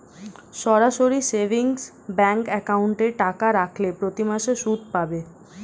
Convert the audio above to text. সরাসরি savings bank অ্যাকাউন্টে টাকা খাটালে প্রতিমাসে সুদ পাবে